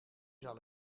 zal